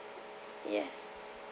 yes